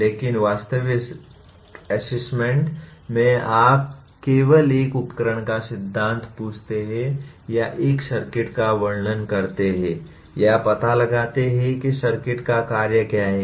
लेकिन वास्तविक असेसमेंट में आप केवल एक उपकरण का सिद्धांत पूछते हैं या एक सर्किट का वर्णन करते हैं या पता लगाते हैं कि सर्किट का कार्य क्या है